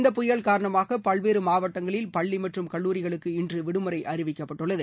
இந்த புயல் காரணமாக பல்வேறு மாவட்டங்களில் பள்ளி மற்றும் கல்லூரிகளுக்கு இன்று விடுமுறை அறிவிக்கப்பட்டுள்ளது